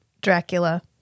Dracula